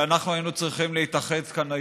שאנחנו היינו צריכים להתאחד כאן היום,